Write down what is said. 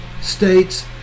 states